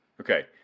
Okay